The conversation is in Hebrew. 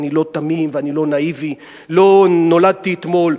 אני לא תמים ואני לא נאיבי, לא נולדתי אתמול.